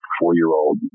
four-year-old